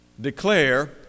declare